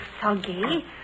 soggy